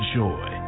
joy